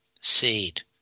seed